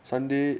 sunday